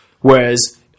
Whereas